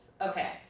okay